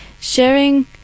sharing